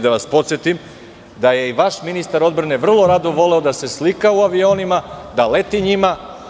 Da vas podsetim da je i vaš ministar odbrane vrlo rado voleo da se slika u avionima, da leti njima.